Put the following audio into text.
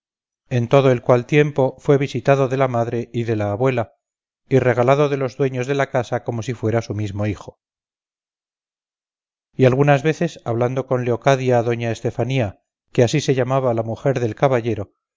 en todo el cual tiempo fue visitado de la madre y de la abuela y regalado de los dueños de la casa como si fuera su mismo hijo y algunas veces hablando con leocadia doña estefanía que así se llamaba la mujer del caballero